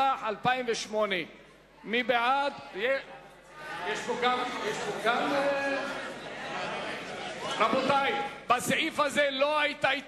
התשס"ח 2008. בסעיף הזה לא היתה התנגדות.